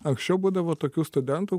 anksčiau būdavo tokių studentų